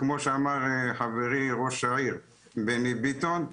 וכמו שאמר חברי ראש העיר בני ביטון,